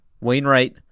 Wainwright